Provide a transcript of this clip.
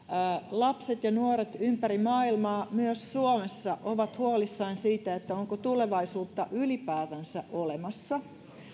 lapset ja nuoret ympäri maailmaa myös suomessa ovat huolissaan siitä onko tulevaisuutta ylipäätänsä olemassa